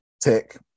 tech